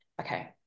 okay